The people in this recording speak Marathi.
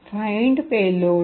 फाईनड पेलोड